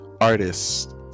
artists